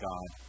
God